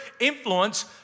influence